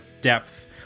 depth